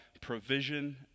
provision